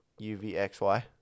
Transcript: UVXY